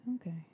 Okay